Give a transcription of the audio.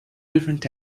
different